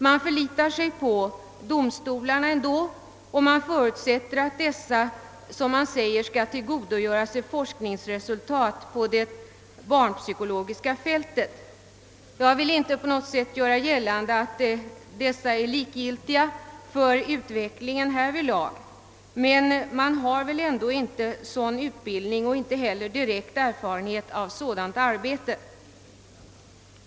Man förlitar sig ändå på domstolarna, och man förutsätter att dessa som man säger skall tillgodogöra sig forskningsresultaten på det barnpsykologiska fältet. Jag vill inte på något sätt göra gällande att domstolarna är likgiltiga för utveck Jingen härvidlag, men de har väl ändå inte behövlig utbildning och direkt erfarenhet av detta arbete.